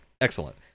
excellent